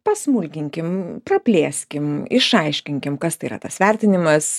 pasmulkinkim praplėskim išaiškinkim kas tai yra tas vertinimas